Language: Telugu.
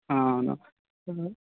అవును